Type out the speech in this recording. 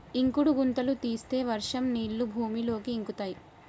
ఇంకుడు గుంతలు తీస్తే వర్షం నీళ్లు భూమిలోకి ఇంకుతయ్